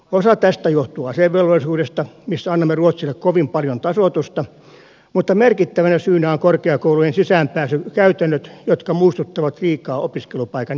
osa tästä johtuu asevelvollisuudesta missä annamme ruotsille kovin paljon tasoitusta mutta merkittävänä syynä ovat korkeakoulujen sisäänpääsykäytännöt jotka muistuttavat liikaa opiskelupaikan jonottamista